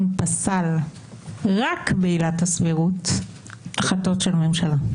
פסל רק בעילת הסבירות החלטות של ממשלה?